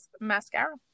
mascara